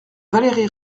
valérie